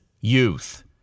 youth